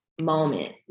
moment